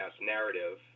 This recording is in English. narrative